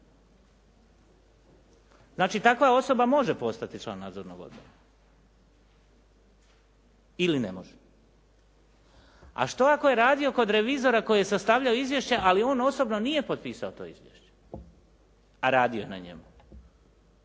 Znači takva osoba može postati član nadzornog odbora ili ne može? A što ako je radio kod revizora koji je sastavljao izvješće ali on osobno nije potpisao to izvješće a radio je na njemu.